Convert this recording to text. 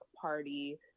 party